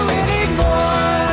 anymore